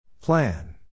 Plan